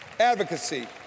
advocacy